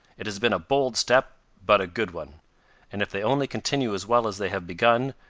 it has been a bold step, but a good one and if they only continue as well as they have begun,